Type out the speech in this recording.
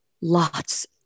lots